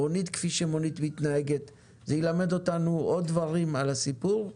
מונית כפי שמונית מתנהגת זה ילמד אותנו עוד דברים על הסיפור.